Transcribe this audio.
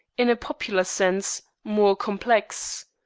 in a popular sense, more complex.